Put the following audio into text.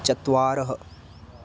चत्वारः